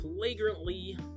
flagrantly